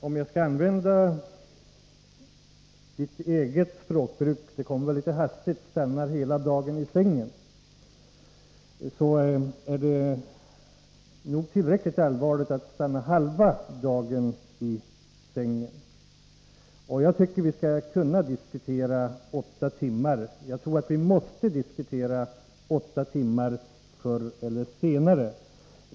Om jag skall använda Frida Berglunds eget språkbruk när det gäller ungdomarna, och säga att de ”stannar hela dagen i sängen”, så tycker jag att det är tillräckligt allvarligt om de stannar halva dagen i sängen. Jag tycker att vi skall kunna diskutera en arbetstid på åtta timmar. Jag tror att vi måste göra det förr eller senare.